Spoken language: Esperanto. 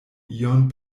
ion